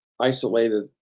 isolated